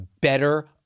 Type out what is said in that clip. better